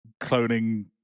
cloning